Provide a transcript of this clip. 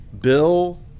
Bill